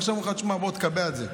עכשיו אומרים לך: תקבע את זה.